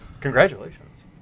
Congratulations